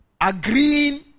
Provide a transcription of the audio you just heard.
agreeing